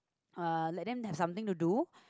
uh let them have something to do